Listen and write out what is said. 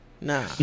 Nah